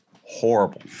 horrible